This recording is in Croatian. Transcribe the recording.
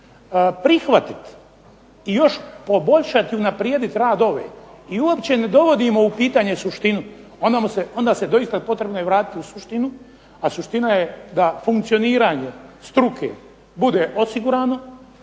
prihvatiti i još poboljšati i unaprijediti rad ove i uopće ne dovodimo u pitanje suštinu onda se doista, potrebno je vratiti u suštinu, a suština je da funkcioniranje struke bude osigurano